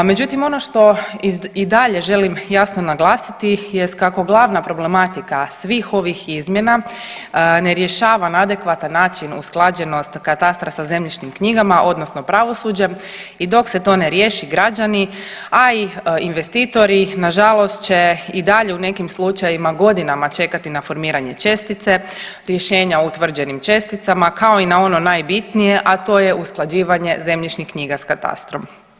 Međutim, ono što i dalje želim jasno naglasiti jest kako glavna problematika svih ovih izmjena ne rješava na adekvatan način usklađenost katastra sa zemljišnim knjigama odnosno pravosuđem i dok se to ne riješi građani, a i investitori nažalost će i dalje u nekim slučajevima godinama čekati na formiranje čestice, rješenja o utvrđenim česticama, kao i na ono najbitnije, a to je usklađivanje zemljišnih knjiga s katastrom.